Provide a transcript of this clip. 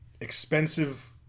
expensive